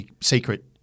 secret